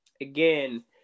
again